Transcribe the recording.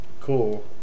Cool